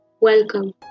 Welcome